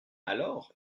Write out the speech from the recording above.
alors